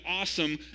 awesome